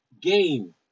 game